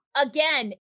again